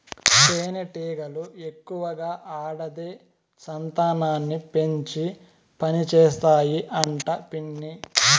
తేనెటీగలు ఎక్కువగా ఆడదే సంతానాన్ని పెంచి పనిచేస్తాయి అంట పిన్ని